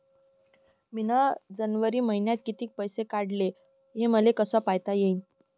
मिन जनवरी मईन्यात कितीक पैसे काढले, हे मले कस पायता येईन?